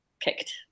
kicked